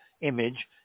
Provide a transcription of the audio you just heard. image